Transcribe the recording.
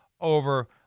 over